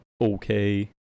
okay